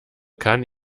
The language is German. kann